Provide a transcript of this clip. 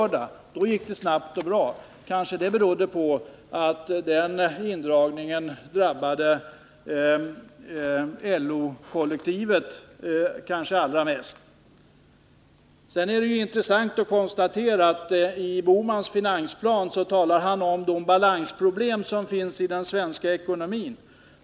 Men då gick det snabbt och bra att göra något. Kanske berodde det på att indragningen förmodligen drabbade LO kollektivet allra mest. Sedan är det ju intressant att konstatera att herr Bohman i finansplanen talar om balansproblemen i den svenska ekonomin.